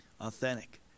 authentic